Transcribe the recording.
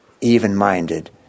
even-minded